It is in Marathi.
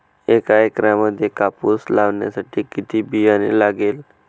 एका एकरामध्ये कापूस लावण्यासाठी किती बियाणे लागेल?